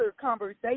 conversation